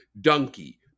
donkey